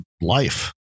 life